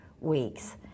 weeks